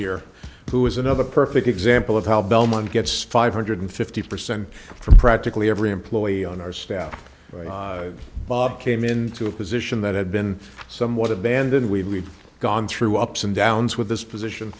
here who is another perfect example of how belmont gets five hundred fifty percent from practically every employee on our staff bob came in to a position that had been somewhat abandoned we've gone through ups and downs with this position